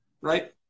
right